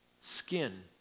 skin